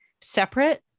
separate